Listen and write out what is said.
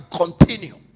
continue